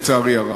לצערי הרב,